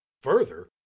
Further